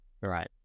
right